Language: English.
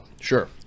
sure